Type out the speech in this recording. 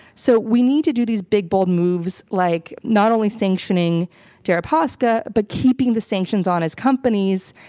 so we need to do these big bold moves like not only sanctioning deripaska, but keeping the sanctions on his companies.